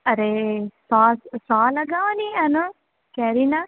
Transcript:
અરે સાવ સારા ભાવ લગાવોને આના કેરીનાં